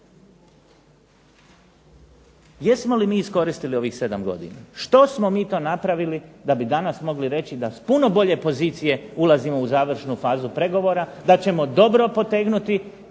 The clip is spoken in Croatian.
Jesmo li mi iskoristili ovih 7 godina? Što smo mi to napravili da bi danas mogli da s puno bolje pozicije ulazimo u završnu fazu pregovora, da ćemo dobro potegnuti